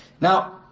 Now